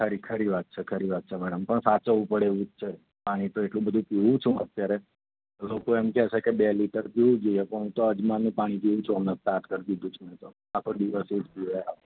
ખરી ખરી ખરી વાત ખરી વાત છે મેડમ પણ સાચવવું પડે એવું જ છે પાણી તો એટલું બધું પીવું છું અત્યારે લોકો એમ કે છે બે લીટર પીવું જોઈએ પણ હું તો અજમાનું પાણી પીવું છુંં હમણાં સ્ટાટ કરી દીધું છે મેં તો આખો દિવસ એ જ પીવા